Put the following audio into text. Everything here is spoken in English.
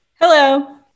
hello